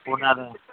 होणार आहे